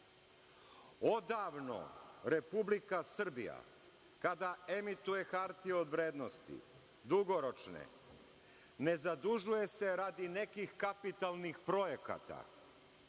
Odavno Republika Srbija, kada emituje hartije od vrednosti, dugoročne, ne zadužuje se radi nekih kapitalnih projekata,